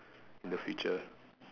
in the future